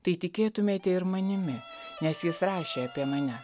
tai tikėtumėte ir manimi nes jis rašė apie mane